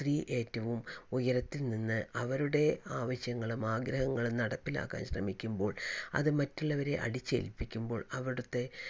സ്ത്രീ ഏറ്റവും ഉയരത്തിൽ നിന്ന് അവരുടെ ആവശ്യങ്ങളും ആഗ്രഹങ്ങളും നടപ്പിലാക്കാൻ ശ്രമിക്കുമ്പോൾ അത് മറ്റുള്ളവരെ അടിച്ചേൽപ്പിക്കുമ്പോൾ അവിടുത്തെ